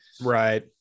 Right